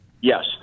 Yes